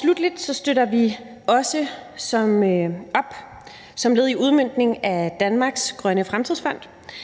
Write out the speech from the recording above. Sluttelig støtter vi også op om – som led i udmøntningen af Danmarks Grønne Fremtidsfond